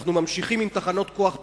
אנחנו ממשיכים עם תחנות כוח פחמיות,